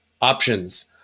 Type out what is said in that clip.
options